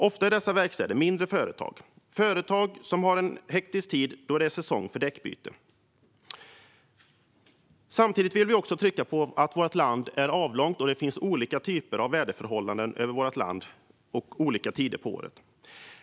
Ofta är dessa verkstäder mindre företag som har en hektisk tid då det är säsong för däckbyte. Vi vill trycka på att vårt land är avlångt. Det finns olika typer av väderförhållanden i vårt land under samma tider på året.